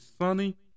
sunny